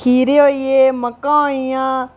खीरे होई गे मक्कां होई गेइयां